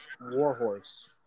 Warhorse